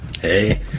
Hey